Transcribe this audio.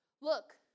look